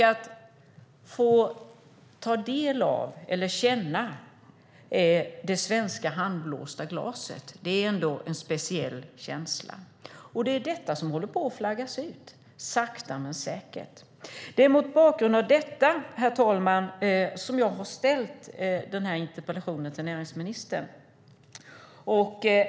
Att få ta del av eller känna det svenska handblåsta glaset är en speciell känsla. Det är detta som håller på att flaggas ut, sakta men säkert. Det är mot bakgrund av detta, herr talman, jag har ställt denna interpellation till näringsministern.